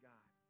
God